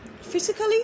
physically